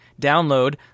download